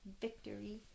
Victory